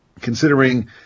considering